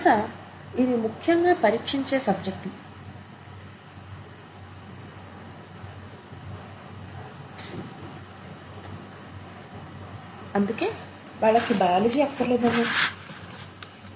బహుశా ఇవి ముఖ్యంగా పరీక్షించే సబ్జెక్టులు అందుకే వాళ్లకి బయాలజీ అక్కర్లేదేమో